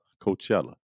coachella